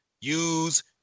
use